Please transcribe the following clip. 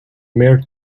mare